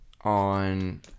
on